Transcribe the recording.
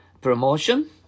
promotion